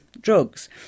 drugs